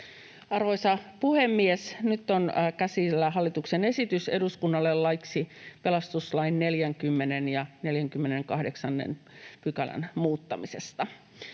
Arvoisa puhemies! Nyt on käsillä hallituksen esitys eduskunnalle laiksi pelastuslain 40 ja 48 §:n muuttamisesta.